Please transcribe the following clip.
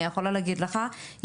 אני יכולה להגיד לך,